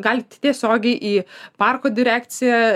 galit tiesiogiai į parko direkciją